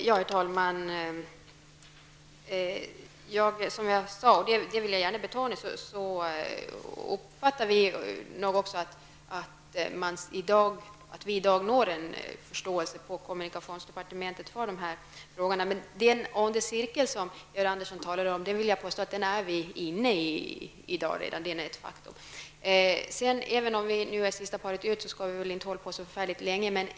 Herr talman! Som jag sade -- och det vill jag gärna betona -- uppfattar vi nog också att vi i dag får en förståelse på kommunikationsdepartementet för dessa frågor. Jag vill dock påstå att vi redan är inne i den onda cirkel som Georg Andersson talar om. Även om vi två nu är ''sista paret ut'' skall vi väl inte dra ut på tiden med denna debatt.